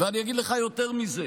אני אגיד לך יותר מזה: